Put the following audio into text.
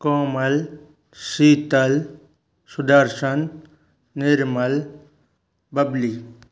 Komal Sheetal Sudarshan Nirmal Babli